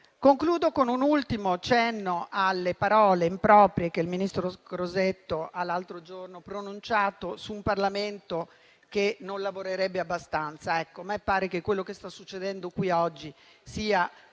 con un ultimo cenno alle parole improprie che il ministro Crosetto ha pronunciato l'altro giorno su un Parlamento che non lavorerebbe abbastanza. Ecco, a me pare che quello che sta succedendo qui oggi sia